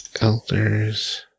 Elders